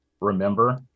remember